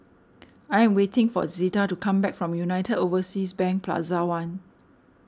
I am waiting for Zeta to come back from United Overseas Bank Plaza one